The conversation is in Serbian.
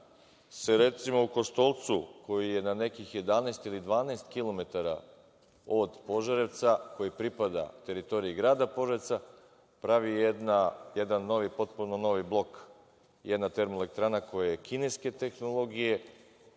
se, recimo, u Kostolcu koji je na nekih 11 ili 12 kilometara od Požarevca, koji pripada teritoriji grada Požarevca, pravi jedan potpuno novi blok i jedna termoelektrana koja je kineske tehnologije,